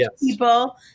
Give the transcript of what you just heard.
people